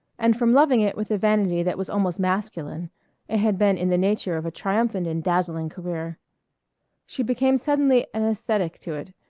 and from loving it with a vanity that was almost masculine it had been in the nature of a triumphant and dazzling career she became suddenly anaesthetic to it.